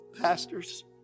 pastors